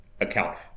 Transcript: account